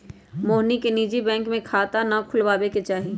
मोहिनी के निजी बैंक में खाता ना खुलवावे के चाहि